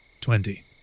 twenty